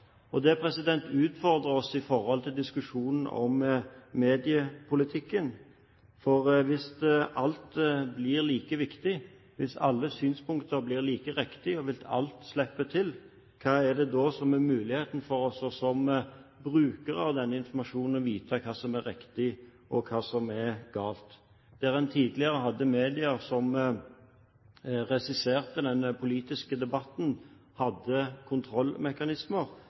Det utfordrer oss i forhold til diskusjonen om mediepolitikken, for hvis alt blir like viktig, hvis alle synspunkter blir like riktige, og hvis alt slipper til, hvordan er det da mulig for oss som brukere av den informasjonen å vite hva som er riktig, og hva som er galt. Der en tidligere hadde medier som regisserte den politiske debatten, hadde kontrollmekanismer,